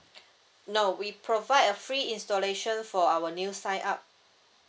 no we provide a free installation for our new sign up